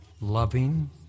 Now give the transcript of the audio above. loving